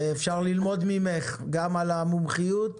אפשר ללמוד ממך גם על המומחיות,